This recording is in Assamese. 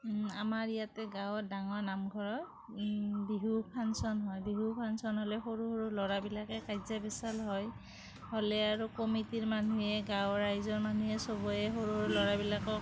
আমাৰ ইয়াতে গাঁৱত ডাঙৰ নামঘৰত বিহু ফাংশ্যন হয় বিহু ফাংশ্যন হ'লে সৰু সৰু ল'ৰাবিলাকে কাজিয়া পেচাল হয় হ'লে আৰু কমিটিৰ মানুহে গাঁৱৰ ৰাইজৰ মানুহে চবেই সৰু সৰু ল'ৰাবিলাকক